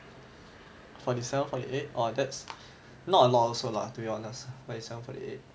forty seven forty eight orh that's not a lot also lah to be honest forty seven forty eight